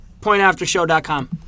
Pointaftershow.com